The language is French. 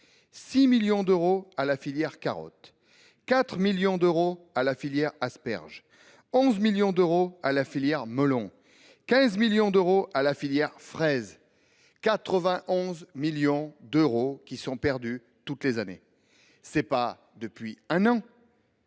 6 millions d'euros à la filière carottes, 4 millions d'euros à la filière asperges, 11 millions d'euros à la filière melons, 15 millions d'euros à la filière fraises. Soit 91 millions d'euros perdus chaque année, et cela depuis quatre